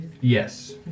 Yes